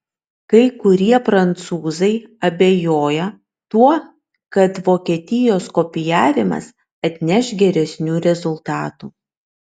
kai kurie prancūzai abejoja tuo kad vokietijos kopijavimas atneš geresnių rezultatų